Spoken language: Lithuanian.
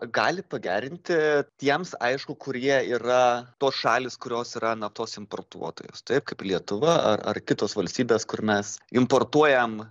gali pagerinti tiems aišku kurie yra tos šalys kurios yra naftos importuotojos taip kaip lietuva ar ar kitos valstybės kur mes importuojam